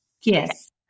Yes